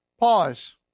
Pause